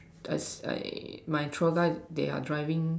as I my tour guide they are driving